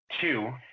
Two